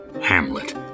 Hamlet